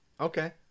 Okay